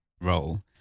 role